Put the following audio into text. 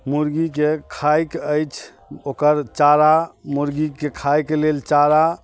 मुर्गीके खाइक अछि ओकर चारा मुर्गीके खाइके लेल चारा